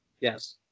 Yes